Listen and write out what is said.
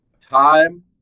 Time